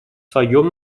своем